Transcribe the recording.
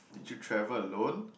did you travel alone